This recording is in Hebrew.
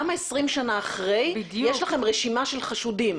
למה אחרי 20 שנה יש לכם רשימה של חשודים?